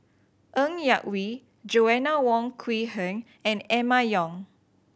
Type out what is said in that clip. Ng Yak Whee Joanna Wong Quee Heng and Emma Yong